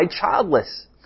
childless